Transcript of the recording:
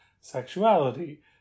sexuality